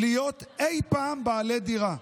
להיות אי פעם בעלי דירה.